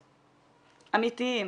אמיתיים,